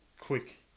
quick